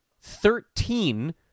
Thirteen